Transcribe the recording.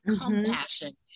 compassion